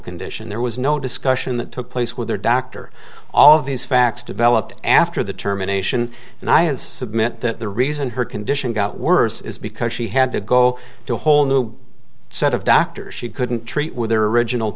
condition there was no discussion that took place with her doctor all of these facts developed after the terminations and i had submit that the reason her condition got worse is because she had to go to a whole new set of doctors she couldn't treat with their original